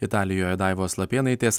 italijoje daivos lapėnaitės